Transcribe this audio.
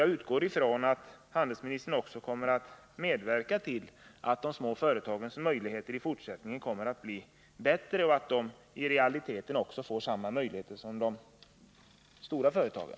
Jag utgår från att handelministern också kommer att medverka till att de små företagens möjligheter kommer att bli bättre och att de också i realiteten får samma möjligheter som de stora företagen.